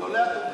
מגדולי התומכים,